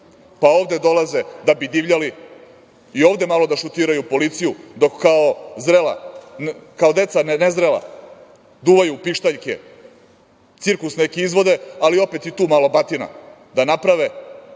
pa ovde dolaze da bi divljali, i ovde malo da šutiraju policiju dok kao deca nezrela duvaju u pištaljke, cirkus neki izvode, ali opet i tu malo batina da naprave,